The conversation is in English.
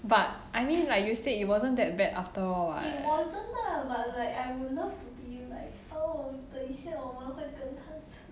but I mean like you said it wasn't that bad after all [what]